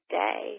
day